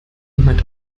jemand